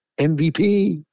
MVP